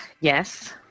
Yes